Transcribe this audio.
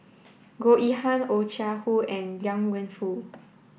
Goh Yihan Oh Chai Hoo and Liang Wenfu